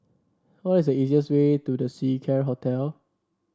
what is the easiest way to The Seacare Hotel